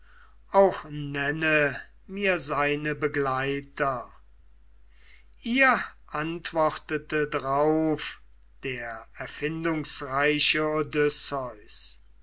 auch nenne mir seine begleiter ihr antwortete drauf der erfindungsreiche